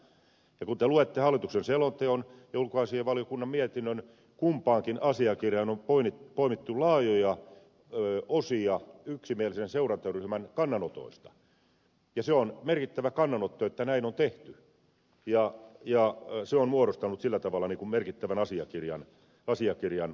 ja kun te luette hallituksen selonteon ja ulkoasiainvaliokunnan mietinnön kumpaankin asiakirjaan on pohdittu oli tulla ii on poimittu laajoja osia yksimielisen seurantaryhmän kannanotoista ja se on merkittävä kannanotto että näin on tehty ja se on muodostanut sillä tavalla merkittävän asiakirjan tässä valmistelussa